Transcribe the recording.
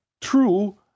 true